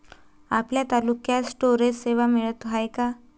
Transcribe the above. आपल्या तालुक्यात स्टोरेज सेवा मिळत हाये का?